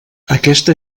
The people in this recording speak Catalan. aquesta